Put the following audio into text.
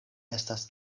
estas